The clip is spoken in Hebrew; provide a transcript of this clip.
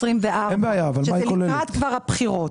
שזה לקראת הבחירות.